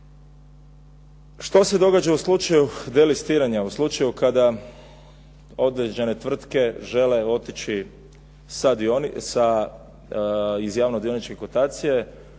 Što se događa u slučaju delestiranja? U slučaju kada određene tvrtke žele otići sa, iz javno dioničke kotacije